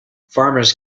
farmers